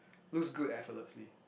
looks good effortlessly